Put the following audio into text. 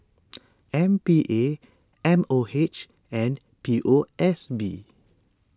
M P A M O H and P O S B